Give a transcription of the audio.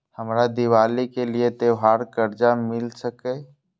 हमरा दिवाली के लिये त्योहार कर्जा मिल सकय?